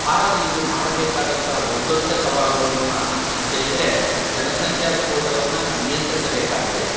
ಭಾರತ ಇಂದು ಮಾಡಬೇಕಾದಂತಹ ಬಹುದೊಡ್ಡ ಸವಾಲು ಅಂತೇಳಿದರೆ ಜನಸಂಖ್ಯಾ ಸ್ಫೋಟವನ್ನು ನಿಯಂತ್ರಿಸಬೇಕಾಗಿದೆ